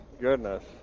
goodness